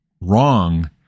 wrong